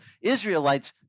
Israelites